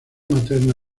materna